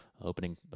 opening